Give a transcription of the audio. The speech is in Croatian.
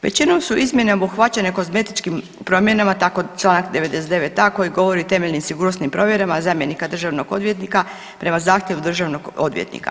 Većinom su izmjene obuhvaćene kozmetičkim promjenama tako Članak 99a. koji govori o temeljnim sigurnosnim provjerama zamjenika državnog odvjetnika prema zahtjevu državnog odvjetnika.